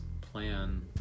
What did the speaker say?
plan